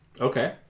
Okay